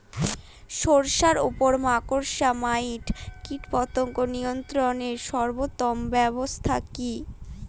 শশার উপর মাকড়সা মাইট কীটপতঙ্গ নিয়ন্ত্রণের সর্বোত্তম ব্যবস্থা কি?